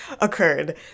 occurred